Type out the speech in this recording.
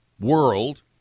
world